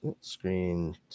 screen